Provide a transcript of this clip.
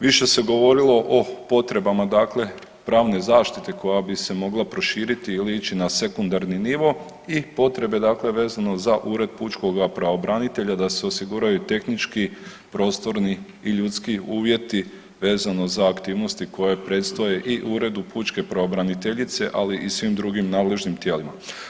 Više se govorilo o potrebama, dakle pravne zaštite koja bi se mogla proširiti ili ići na sekundarni nivo i potrebe, dakle vezano za Ured pučkoga pravobranitelja da se osiguraju tehnički, prostorni i ljudski uvjeti vezano za aktivnosti koje predstoje i Uredu pučke pravobraniteljice ali i svim drugim nadležnim tijelima.